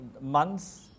months